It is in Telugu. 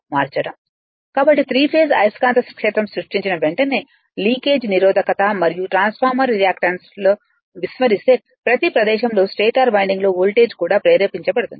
రోటర్ ఇక్కడ లేదు నేను విడిగా చూపిస్తాను కాబట్టి త్రీ ఫేస్ అయస్కాంత క్షేత్రం సృష్టించిన వెంటనే లీకేజ్ నిరోధకత మరియు ట్రాన్స్ఫార్మర్ రియాక్టెన్స్ లను విస్మరిస్తే ప్రతి ప్రదేశంలో స్టేటర్ వైండింగ్లో వోల్టేజ్ కూడా ప్రేరేపించబడుతుంది